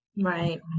Right